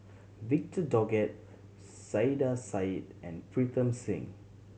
Victor Doggett Saiedah Said and Pritam Singh